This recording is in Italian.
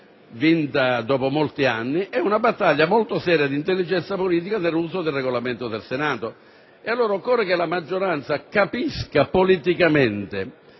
vinta dopo molti anni, e c'è stata una battaglia molto seria di intelligenza politica sull'uso del Regolamento del Senato. Occorre, quindi, che la maggioranza capisca politicamente